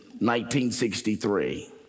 1963